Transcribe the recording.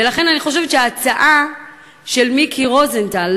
ולכן אני חושבת שההצעה של מיקי רוזנטל,